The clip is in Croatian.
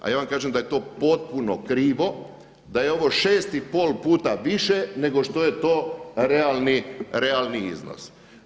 A ja vam kažem da je to potpuno krivo, da je ovo 6 i pol puta više nego što je to realni iznos.